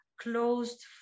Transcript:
closed